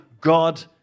God